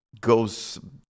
goes